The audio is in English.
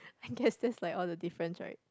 I guess that's like all the difference right